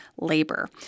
labor